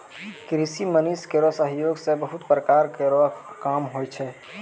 कृषि मसीन केरो सहयोग सें बहुत प्रकार केरो काम होय छै